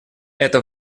это